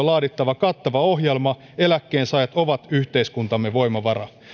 laadittava kattava ohjelma eläkkeensaajat ovat yhteiskuntamme voimavara